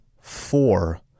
four